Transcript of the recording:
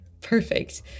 Perfect